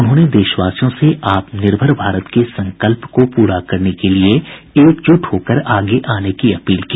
उन्होंने देशवासियों से आत्मनिर्भर भारत के संकल्प को पूरा करने के लिए एकजुट होकर आगे आने की अपील की